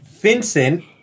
Vincent